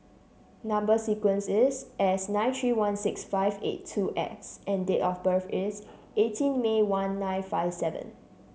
number sequence is S nine three one six five eight two X and date of birth is eighteen May one nine five seven